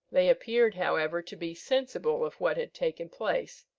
they appeared, however, to be sensible of what had taken place,